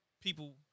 people